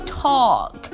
talk